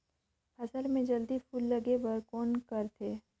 फसल मे जल्दी फूल लगे बर कौन करथे?